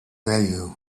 value